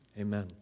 amen